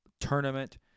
Tournament